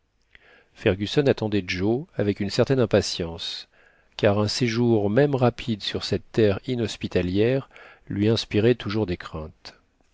fergusson attendait joe avec une certaine impatience car un séjour même rapide sur cette terre inhospitalière lui inspirait toujours des craintes